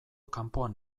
kanpoan